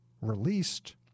released